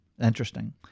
interesting